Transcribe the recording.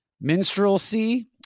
Minstrelsy